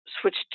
switched